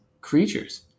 creatures